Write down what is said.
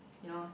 you know